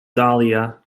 dahlia